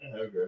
Okay